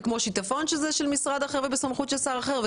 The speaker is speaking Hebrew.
כמו שיטפון שהוא בסמכות של שר אחר,